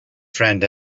friend